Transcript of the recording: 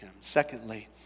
Secondly